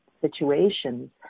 situations